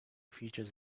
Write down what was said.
features